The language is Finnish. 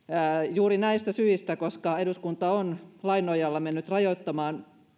juuri tästä syystä että eduskunta on lain nojalla mennyt rajoittamaan